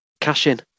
cash-in